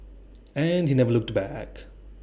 and he never looked back